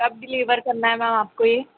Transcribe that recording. कब डिलीवर करना है मैम आपको यह